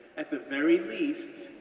at the very least,